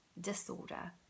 disorder